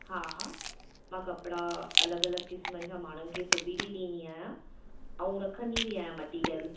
हा मां कपड़ा अलॻि अलॻि क़िस्मनि जा माण्हुनि खे सिबी बि ॾींदी आहियां ऐं रखंदी बि आहियां मटीरियल